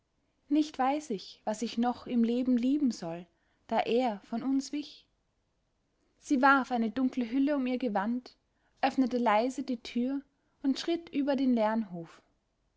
nicht weiß ich was ich noch im leben lieben soll da er von uns wich sie warf eine dunkle hülle um ihr gewand öffnete leise die tür und schritt über den leeren hof